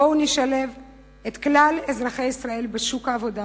בואו נשלב את כלל אזרחי ישראל בשוק העבודה